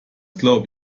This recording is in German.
glaube